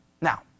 Now